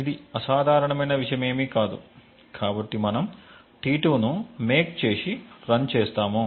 ఇది అసాధారణమైన విషయమేమి కాదు కాబట్టి మనము t2 ను మేక్ చేసి రన్ చేస్తాము